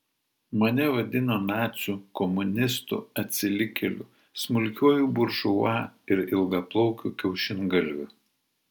mane vadino naciu komunistu atsilikėliu smulkiuoju buržua ir ilgaplaukiu kiaušingalviu